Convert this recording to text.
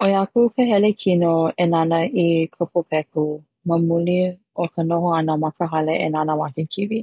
ʻOi aku ka hele kino e nana i ka pōpeku ma muli o ka noho ana ma ka hale e nānā ma ke kiwi